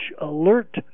alert